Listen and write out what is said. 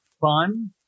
fun